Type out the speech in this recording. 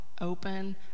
Open